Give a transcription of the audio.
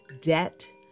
debt